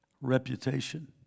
reputation